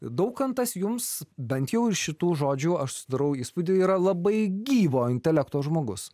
daukantas jums bent jau iš šitų žodžių aš susidarau įspūdį yra labai gyvo intelekto žmogus